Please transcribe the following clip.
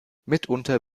mitunter